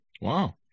Wow